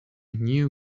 new